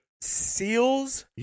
Seals